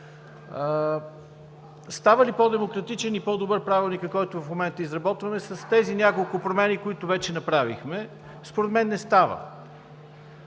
Става ли по демократичен и по-добър Правилникът, който в момента изработваме с тези няколко промени, които вече направихме? Според мен не става.